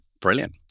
Brilliant